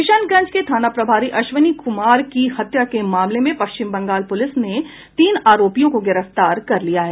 किशनगंज के थाना प्रभारी अश्विनी क्मार की हत्या के मामले में पश्चिम बंगाल पुलिस ने तीन आरोपियों को गिरफ्तार कर लिया है